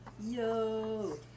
yo